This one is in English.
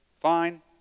fine